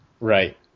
Right